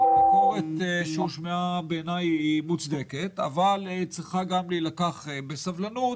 ובעיניי הביקורת שנשמעה היא מוצדקת אבל היא צריכה גם להילקח בסבלנות